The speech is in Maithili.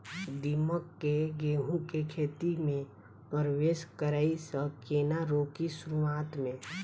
दीमक केँ गेंहूँ केँ खेती मे परवेश करै सँ केना रोकि शुरुआत में?